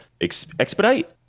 Expedite